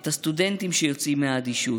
את הסטודנטים שיוצאים מהאדישות,